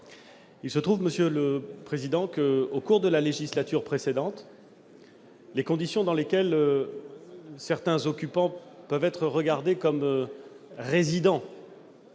Il se trouve que, au cours de la législature précédente, les conditions dans lesquelles certains occupants peuvent être considérés comme résidents